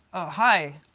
hi.